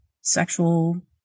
sexual